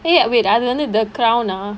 wait ah அது வந்து:athu vanthu the crown ah